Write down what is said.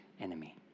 enemy